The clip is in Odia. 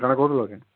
କାଣା କହୁଥିଲ